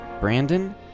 Brandon